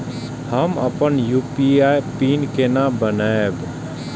हम अपन UPI pin केना बनैब?